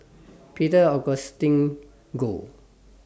Peter Augustine Goh